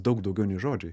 daug daugiau nei žodžiai